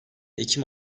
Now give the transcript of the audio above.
ekim